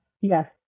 yes